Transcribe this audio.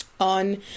on